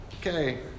okay